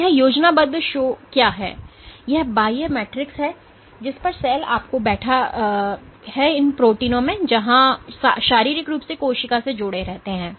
तो यह योजनाबद्ध शो क्या है यह बाह्य मैट्रिक्स है जिस पर सेल आपको बैठा है इन प्रोटीनों में जहां शारीरिक रूप से कोशिका से जुड़े होते हैं शारीरिक रूप से बाहर से जुड़े होते हैं